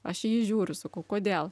aš į jį žiūriu sakau kodėl